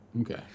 Okay